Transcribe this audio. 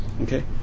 okay